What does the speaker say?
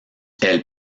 elle